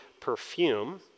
perfume